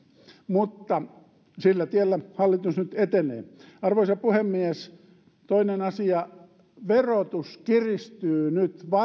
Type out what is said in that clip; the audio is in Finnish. mutta sillä tiellä hallitus nyt etenee arvoisa puhemies toinen asia verotus kiristyy nyt